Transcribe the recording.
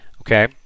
okay